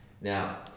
Now